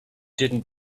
didn’t